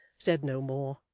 said no more,